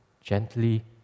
gently